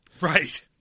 Right